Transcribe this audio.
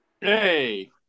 Hey